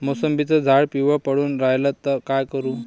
मोसंबीचं झाड पिवळं पडून रायलं त का करू?